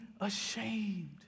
ashamed